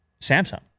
Samsung